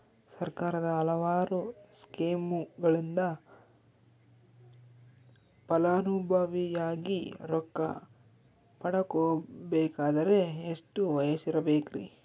ಸರ್ಕಾರದ ಹಲವಾರು ಸ್ಕೇಮುಗಳಿಂದ ಫಲಾನುಭವಿಯಾಗಿ ರೊಕ್ಕ ಪಡಕೊಬೇಕಂದರೆ ಎಷ್ಟು ವಯಸ್ಸಿರಬೇಕ್ರಿ?